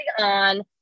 on